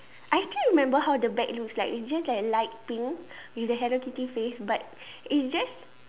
I still remember how the bag looks like it's just like light pink with the Hello-Kitty face but it's just